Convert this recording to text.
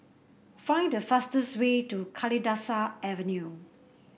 find the fastest way to Kalidasa Avenue